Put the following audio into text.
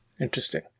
interesting